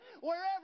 wherever